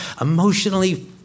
emotionally